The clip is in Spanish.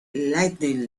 lightning